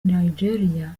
nigeria